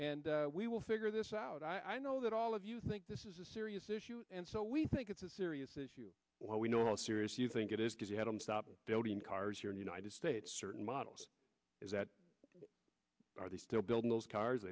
and we will figure this out i know that all of you think this is a serious issue and so we think it's a serious issue where we know how serious you think it is because you had him stop building cars here in united states certain models is that are they still building those cars